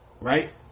right